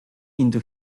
into